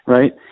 Right